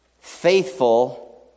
faithful